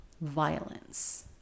violence